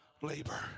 labor